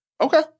Okay